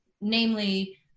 Namely